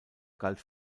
galt